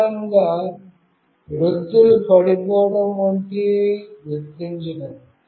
ప్రధానంగా వృద్దులు పడిపోవడం వంటివి గుర్తించడం